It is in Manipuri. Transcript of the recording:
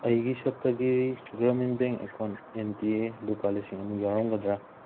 ꯑꯩꯒꯤ ꯁꯠꯇꯒꯤꯔꯤ Grameen bank account N T A ꯂꯨꯄꯥ ꯂꯤꯁꯤꯡ ꯑꯅꯤ ꯌꯥꯎꯔꯝꯒꯗ꯭ꯔꯥ